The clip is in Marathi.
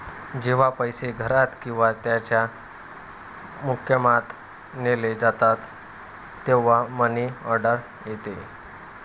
जेव्हा पैसे घरात किंवा त्याच्या मुक्कामात नेले जातात तेव्हा मनी ऑर्डर येते